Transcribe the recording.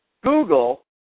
Google